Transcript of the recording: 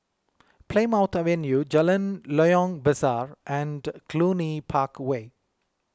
Plymouth Avenue Jalan Loyang Besar and Cluny Park Way